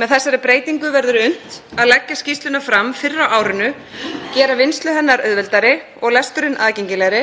Með þessari breytingu verður unnt að leggja skýrsluna fram fyrr á árinu, gera vinnslu hennar auðveldari og lesturinn aðgengilegri,